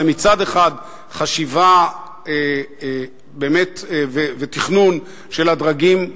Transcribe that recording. זה מצד אחד חשיבה באמת ותכנון של הדרגים,